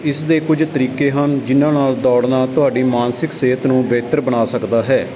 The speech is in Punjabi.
ਇਸ ਦੇ ਕੁਝ ਤਰੀਕੇ ਹਨ ਜਿਹਨਾਂ ਨਾਲ ਦੌੜਨਾ ਤੁਹਾਡੀ ਮਾਨਸਿਕ ਸਿਹਤ ਨੂੰ ਬਿਹਤਰ ਬਣਾ ਸਕਦਾ ਹੈ